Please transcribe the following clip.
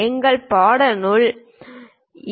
எங்கள் பாடநூல்கள் என்